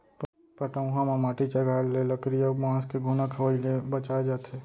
पटउहां म माटी चघाए ले लकरी अउ बांस के घुना खवई ले बचाए जाथे